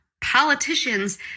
politicians